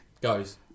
goes